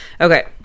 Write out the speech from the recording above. okay